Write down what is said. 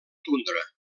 tundra